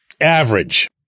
average